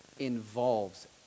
Involves